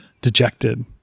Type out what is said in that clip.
dejected